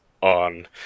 on